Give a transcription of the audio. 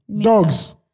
Dogs